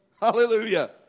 Hallelujah